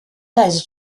eyes